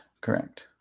correct